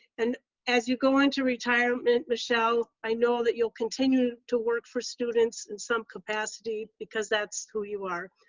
and as you go into retirement, michelle, i know that you'll continue to work for students in some capacity, because that's who you are.